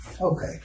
Okay